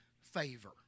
favor